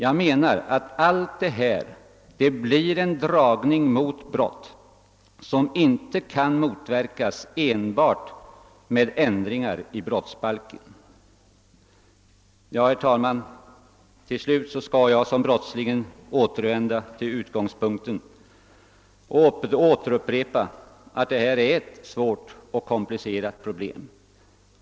Jag menar att allt detta blir en »dragning« mot brott, som inte kan motverkas enbart med ändringar i brottsbalken. Herr talman! Till slut skall jag liksom brottslingen återvända till utgångspunkten och upprepa att detta är ett svårt och komplicerat problem.